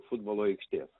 futbolo aikštės